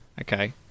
okay